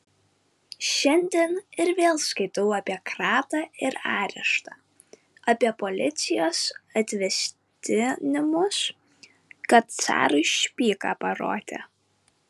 šiandien ir vėl skaitau apie kratą ir areštą apie policijos atvesdinimus kad carui špygą parodė